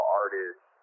artists